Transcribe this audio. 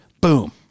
boom